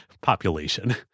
population